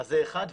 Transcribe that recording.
זה אחד.